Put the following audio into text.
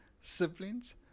siblings